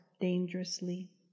dangerously